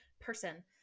person